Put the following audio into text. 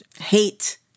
hate